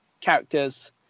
characters